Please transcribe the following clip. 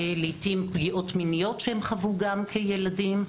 לעיתים פגיעות מיניות שהם חוו כילדים.